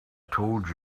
told